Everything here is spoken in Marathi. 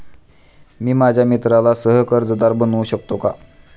मी माझ्या मित्राला सह कर्जदार बनवू शकतो का?